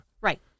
Right